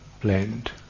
blend